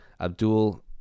Abdul